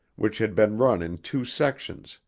which had been run in two sections,